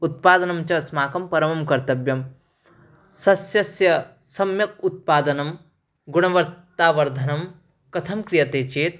उत्पादनं च अस्माकं परमं कर्तव्यं सस्यस्य सम्यक् उत्पादनं गुणवत्तावर्धनं कथं क्रियते चेत्